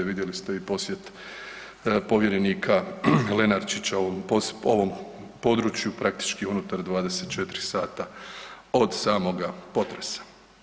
Vidjeli ste i posjet povjerenika Lenarčića u ovom području praktički unutar 24 sata od samoga potresa.